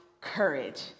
courage